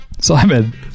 Simon